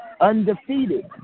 undefeated